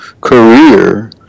career